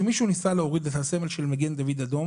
כשמישהו ניסה להוריד את הסמל של מגן דוד אדום